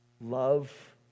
love